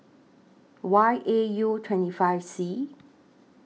Y A U twenty five C